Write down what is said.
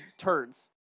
turds